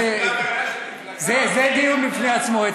זה דיון בפני עצמו,